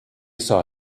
saw